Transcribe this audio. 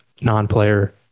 non-player